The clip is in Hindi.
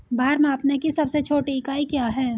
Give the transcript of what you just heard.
भार मापने की सबसे छोटी इकाई क्या है?